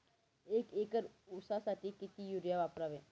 एक एकर ऊसासाठी किती युरिया वापरावा?